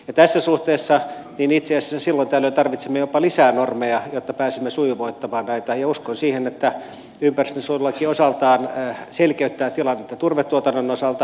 ja tässä suhteessa tarvitsemme itse asiassa silloin tällöin jopa lisää normeja jotta pääsemme sujuvoittamaan näitä ja uskon siihen että ympäristönsuojelulaki osaltaan selkeyttää tilannetta turvetuotannon osalta